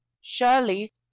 Surely